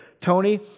Tony